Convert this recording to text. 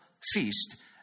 feast